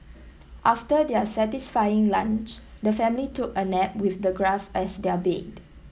after their satisfying lunch the family took a nap with the grass as their bed